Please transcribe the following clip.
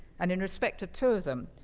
and, in respect to two of them,